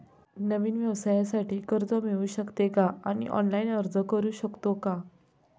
नवीन व्यवसायासाठी कर्ज मिळू शकते का आणि ऑनलाइन अर्ज करू शकतो का?